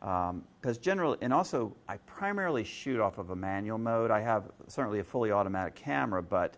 because general in also i primarily shoot off of a manual mode i have certainly a fully automatic camera but